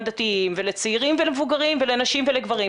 דתיים ולצעירים ולמבוגרים ולנשים ולגברים,